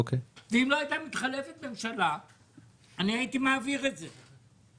ואם לא הייתה מתחלפת ממשלה אני הייתי מעביר את זה.